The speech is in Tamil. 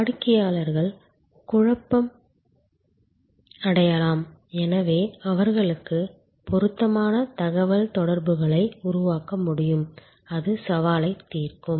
வாடிக்கையாளர்கள் குழப்பம் அடையலாம் எனவே அவர்களுக்கு பொருத்தமான தகவல்தொடர்புகளை உருவாக்க முடியும் அது சவாலை தீர்க்கும்